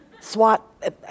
Swat